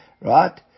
Right